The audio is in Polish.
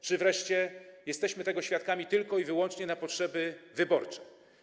Czy wreszcie jesteśmy tego świadkami tylko i wyłącznie na potrzeby wyborcze?